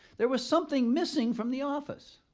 there was something missing from the office.